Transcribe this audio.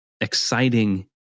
exciting